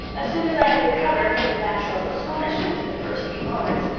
as soon as i had recovered from the natural astonishment of the first few moments,